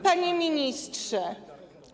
Pani Ministrze!